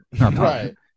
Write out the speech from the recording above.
Right